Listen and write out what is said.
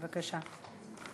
בבקשה.